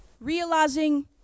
Realizing